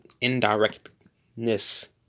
indirectness